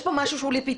יש פה משהו שהוא לפתחכם.